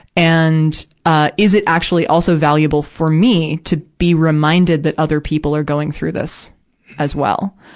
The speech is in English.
and, ah, is it actually also valuable for me to be reminded that other people are going through this as well?